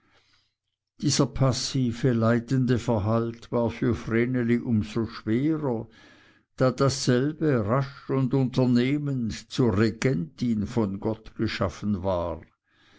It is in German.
dieser passive leidende verhalt war für vreneli um so schwerer da dasselbe rasch und unternehmend zur regentin von gott geschaffen war